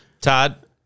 Todd